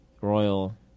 royal